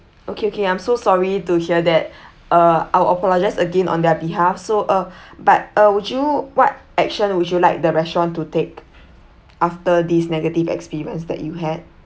okay okay I'm so sorry to hear that uh I will apologize again on their behalf so uh but uh would you what action would you like the restaurant to take after this negative experience that you had